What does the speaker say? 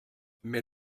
mais